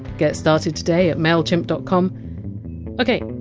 get started today at mailchimp dot com ok,